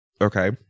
okay